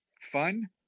fun